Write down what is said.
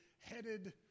headed